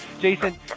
Jason